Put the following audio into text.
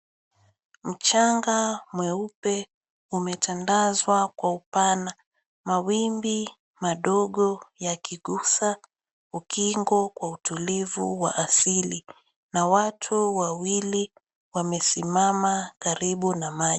Mchanga mweupe umetandazwa kwa upana. Mawimbi madogo yakigusa ukingo kwa utulivu wa asili, na watu wawili wamesimama karibu na maji.